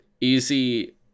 Easy